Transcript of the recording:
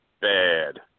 bad